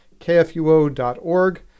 kfuo.org